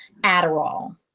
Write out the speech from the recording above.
Adderall